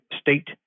state